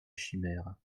chimère